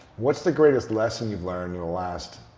what's the greatest lesson you've learned in the last,